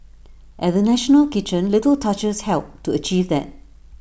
at the national kitchen little touches helped to achieve that